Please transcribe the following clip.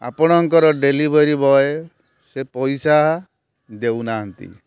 ଆପଣଙ୍କର delivery boy ସେ ପଇସା ଦେଉନାହାନ୍ତି